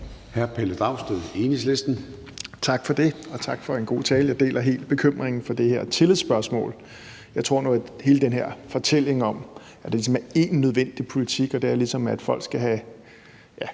14:16 Pelle Dragsted (EL): Tak for det, og tak for en god tale. Jeg deler helt bekymringen for det her tillidsspørgsmål. Jeg tror nu, at hele den her fortælling om, at der ligesom er én nødvendig politik, og det er, at folk skal have